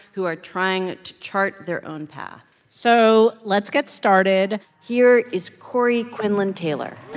who are trying to chart their own path so let's get started. here is corey quinlan taylor